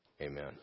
amen